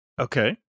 Okay